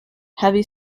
heavy